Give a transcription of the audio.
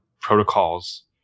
protocols